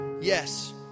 Yes